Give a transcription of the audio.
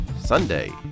Sunday